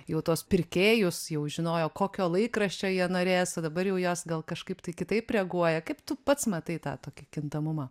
jau tuos pirkėjus jau žinojo kokio laikraščio jie norės o dabar jau jos gal kažkaip tai kitaip reaguoja kaip tu pats matai tą tokį kintamumą